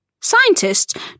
Scientists